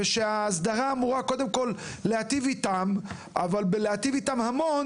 ושההסדרה אמורה להיטיב איתם; אבל אם תיטיב איתם המון